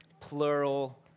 plural